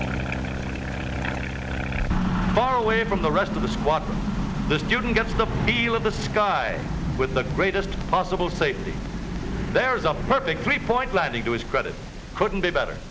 flight far away from the rest of the squad the student gets the feel of the sky with the greatest possible safety there is a perfect three point line into his credit couldn't be better